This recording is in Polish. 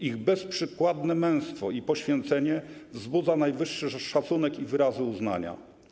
Ich bezprzykładne męstwo i poświęcenie wzbudza najwyższy szacunek i wyrazy uznania.